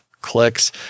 clicks